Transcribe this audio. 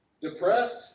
Depressed